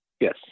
Yes